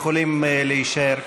יכולים להישאר.